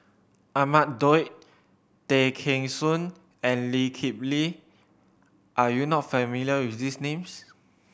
Ahmad Daud Tay Kheng Soon and Lee Kip Lee are you not familiar with these names